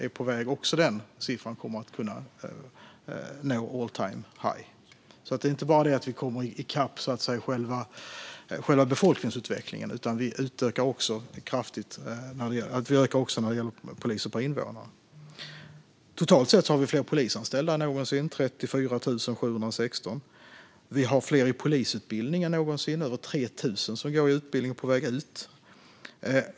Även den siffran kommer att kunna nå all-time-high. Vi kommer alltså inte enbart ikapp själva befolkningsutvecklingen, utan vi ökar också antalet poliser per invånare. Totalt sett har vi fler polisanställda än någonsin, 34 716. Vi har fler i polisutbildningen än någonsin; det är över 3 000 som går utbildningen och är på väg ut.